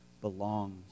belongs